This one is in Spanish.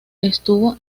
estuvo